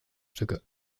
stücke